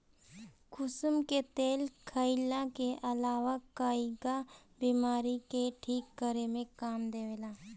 कुसुम के तेल खाईला के अलावा कईगो बीमारी के ठीक करे में काम देला